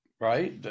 right